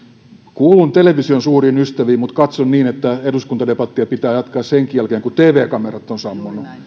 kuulun television suuriin ystäviin mutta katson niin että eduskuntadebattia pitää jatkaa senkin jälkeen kun tv kamerat ovat sammuneet